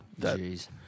Jeez